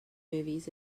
movies